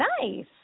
nice